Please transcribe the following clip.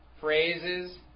phrases